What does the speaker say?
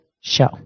show